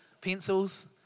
pencils